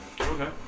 Okay